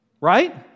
Right